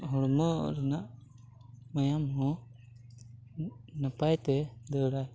ᱦᱚᱲᱢᱚ ᱨᱮᱱᱟᱜ ᱢᱟᱭᱟᱝᱦᱚᱸ ᱱᱟᱯᱟᱭᱛᱮ ᱫᱟᱹᱲᱟ